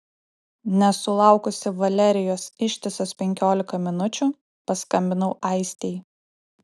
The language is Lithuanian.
nesulaukusi valerijos ištisas penkiolika minučių paskambinau aistei